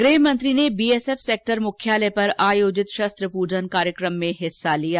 गृह मंत्री ने बीएसएफ सैक्टर मुख्यालय पर आयोजित शस्त्र पूजन कार्यकम में हिस्सा लिया